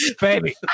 baby